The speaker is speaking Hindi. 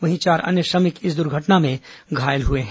वहीं चार अन्य श्रमिक इस दुर्घटना में घायल हुए हैं